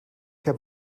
heb